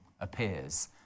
appears